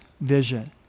vision